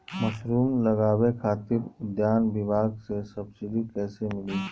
Mushroom लगावे खातिर उद्यान विभाग से सब्सिडी कैसे मिली?